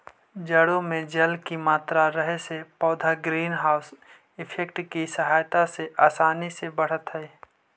जड़ों में जल की मात्रा रहे से पौधे ग्रीन हाउस इफेक्ट की सहायता से आसानी से बढ़त हइ